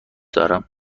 دارم